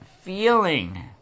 feeling